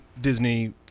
Disney